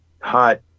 hot